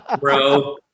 Bro